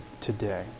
today